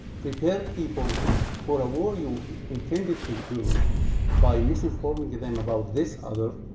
prepare people for a war you intended to do by misinforming them about this other,